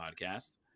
Podcast